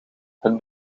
het